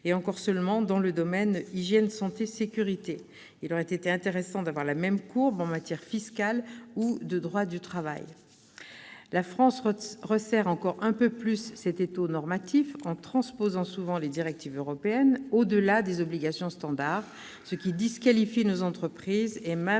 ne concerne-t-elle que le domaine de l'hygiène, de la santé et de la sécurité. Il aurait été intéressant d'avoir la même courbe en matière fiscale ou de droit du travail. La France resserre encore un peu plus cet étau normatif en transposant souvent les directives européennes au-delà des obligations standards, ce qui disqualifie nos entreprises et, même,